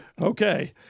Okay